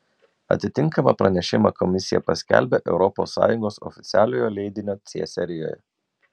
atitinkamą pranešimą komisija paskelbia europos sąjungos oficialiojo leidinio c serijoje